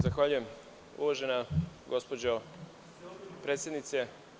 Zahvaljujem, uvažena gospođo predsednice.